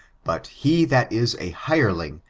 but he that is a hireling,